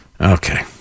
Okay